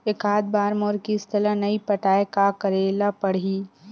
एकात बार मोर किस्त ला नई पटाय का करे ला पड़ही?